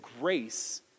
grace